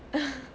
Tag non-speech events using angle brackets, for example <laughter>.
<laughs>